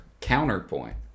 counterpoint